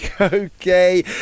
Okay